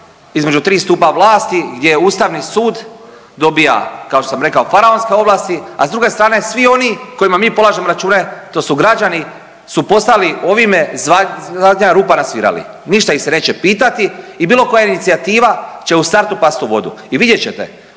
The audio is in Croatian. između tri stupa vlasti gdje Ustavni sud dobija kao što sam rekao faraonske ovlasti, a s druge strane svi oni kojima mi polažemo račune to su građani su postali ovime zadnja rupa na svirali. Ništa ih se neće pitati i bilo koja inicijativa će u startu past u vodu. I vidjet ćete